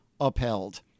upheld